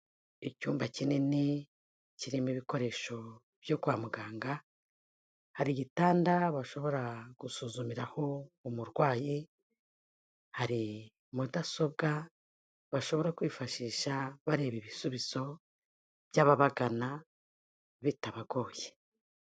Icyumba kinini kirimo ibikoresho byo kwa muganga, hari igitanda bashobora gusuzumiraho umurwayi, hari mudasobwa bashobora kwifashisha bareba ibisubizo by'ababagana bitabagoye.